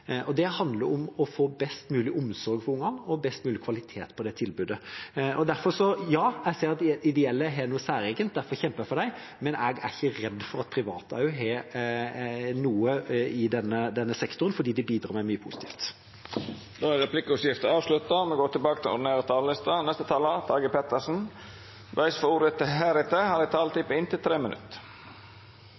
Det handler om å få best mulig omsorg for ungene og best mulig kvalitet på det tilbudet. Ja, jeg ser at de ideelle har noe særegent, og derfor kjemper jeg for dem, men jeg er ikke redd for at private også har noe i denne sektoren, for de bidrar med mye positivt. Replikkordskiftet er avslutta.